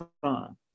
fun